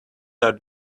are